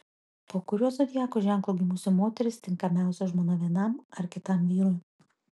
po kuriuo zodiako ženklu gimusi moteris tinkamiausia žmona vienam ar kitam vyrui